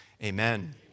Amen